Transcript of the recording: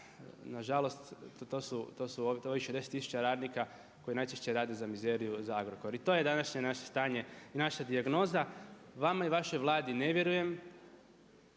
Na žalost to su 10000 radnika koji najčešće rade za mizeriju za Agrokor. I to je današnje naše stanje i naša dijagnoza. Vama i vašoj Vladi ne vjerujem.